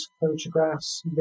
photographs